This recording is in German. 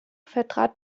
vertrat